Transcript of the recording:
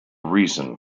reason